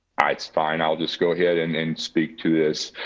ah it's fine, i'll just go ahead and and speak to this.